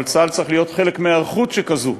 אבל צה"ל צריך להיות חלק מהיערכות שכזאת,